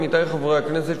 עמיתי חברי הכנסת,